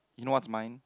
you know what is mine